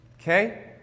okay